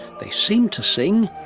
they seem to sing,